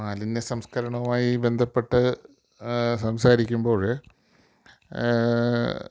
മാലിന്യ സംസ്കരണവുമായി ബന്ധപ്പെട്ടു സംസാരിക്കുമ്പോൾ